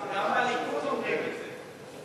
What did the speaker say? גם בליכוד אומרים את זה.